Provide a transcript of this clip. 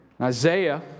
Isaiah